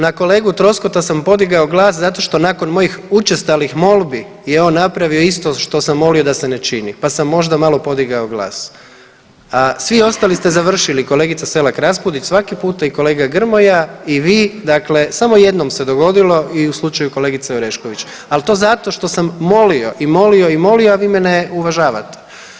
Na kolegu Troskota sam podigao glas zato što nakon mojih učestalih molbi i on napravio isto što sam molio da se ne čini, pa sam možda malo podigao glas, a svi ostali ste završili, kolegica Selak Raspudić svaki puta i kolega Grmoja i vi dakle samo jednom se dogodilo i u slučaju kolegice Orešković, al to zato što sam molio i molio i molio, a vi me ne uvažavate.